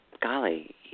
golly